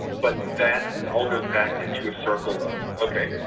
but that all goes back into a circle of, okay,